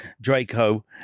Draco